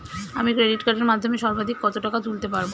আমি ক্রেডিট কার্ডের মাধ্যমে সর্বাধিক কত টাকা তুলতে পারব?